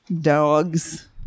Dogs